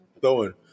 throwing